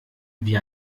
wie